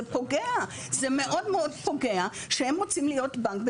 זה פוגע, זה מאוד מאוד פוגע שהם רוצים להיות בנק.